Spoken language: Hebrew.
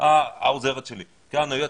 היועצת שלי, ויקה.